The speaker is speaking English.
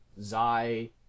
Zai